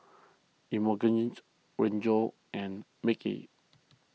Emogenes Geno and Micky